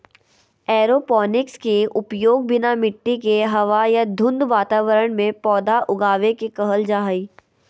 aeroponics के उपयोग बिना मिट्टी के हवा या धुंध वातावरण में पौधा उगाबे के कहल जा हइ